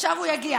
עכשיו הוא יגיע.